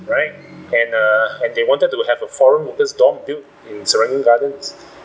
right and err and they wanted to have a foreign workers' dorm built in serangoon gardens